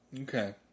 Okay